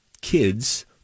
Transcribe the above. kids